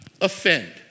offend